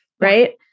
right